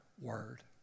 word